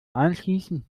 einschließen